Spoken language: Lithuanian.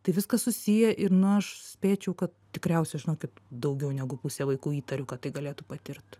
tai viskas susiję ir na aš spėčiau kad tikriausia žinokit daugiau negu pusė vaikų įtariu kad tai galėtų patirt